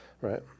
Right